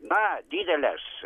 na dideles